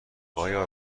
آیا